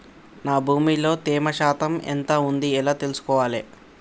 నా భూమి లో తేమ శాతం ఎంత ఉంది ఎలా తెలుసుకోవాలే?